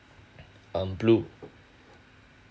um blue